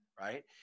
right